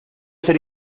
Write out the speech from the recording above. ser